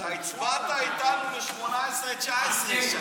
אתה הצבעת איתנו על 2018 ו-2019.